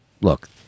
look